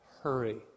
hurry